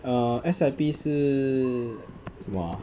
err S_I_P 是什么 ah